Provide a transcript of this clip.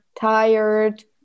tired